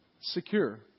secure